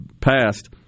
passed